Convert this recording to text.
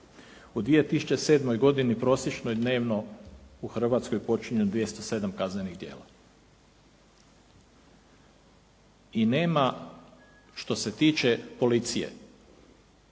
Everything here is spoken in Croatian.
U 2007. godine prosječno je dnevno u Hrvatskoj počinjen 207 kaznenih djela i nema što se tiče policije